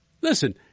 Listen